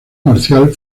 marcial